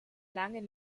langen